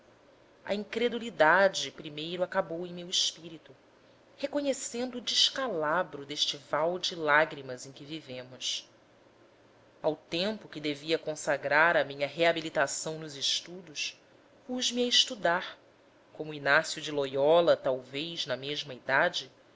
a incredulidade primeira acabou em meu espírito reconhecendo o descalabro deste val de lágrimas em que vivemos ao tempo que devia consagrar à minha reabilitação nos estudos pus-me a estudar como inácio de loiola talvez na mesma idade